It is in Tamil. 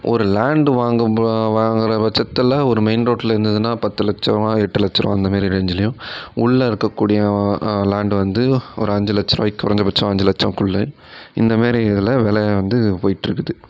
ஒரு லேண்ட் வாங்குபோம் வாங்கற பட்சத்தில் ஒரு மெயின் ரோட்டில் இருந்ததுனா பத்து லட்ச ரூபா எட்டு லட்ச ரூபா அந்தமாரி ரேஞ்சுலயும் உள்ளே இருக்கக்கூடிய லேண்ட் வந்து ஒரு அஞ்சு லட்சரூபாக்கி குறைந்தபட்சம் அஞ்சு லட்சம்குள்ள இந்தமாரி இதில் விலையை வந்து போய்ட்டு இருக்குது